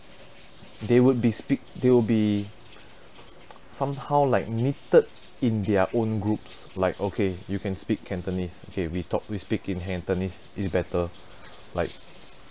they would be speak they will be somehow like knitted in their own groups like okay you can speak cantonese okay we talk we speaking cantonese is better like